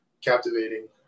captivating